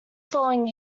following